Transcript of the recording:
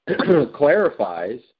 clarifies